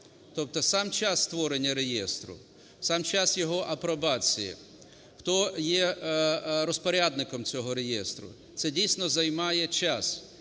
тобто сам час створення реєстру, сам час його апробації, хто є розпорядником цього реєстру, це дійсно займає час.